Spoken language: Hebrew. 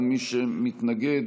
ומי שמתנגד